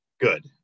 good